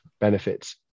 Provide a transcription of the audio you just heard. benefits